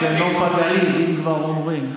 נוף הגליל, אם כבר אומרים.